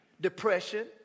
depression